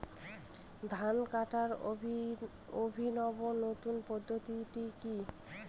ধান কাটার অভিনব নতুন পদ্ধতিটি কি?